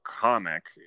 comic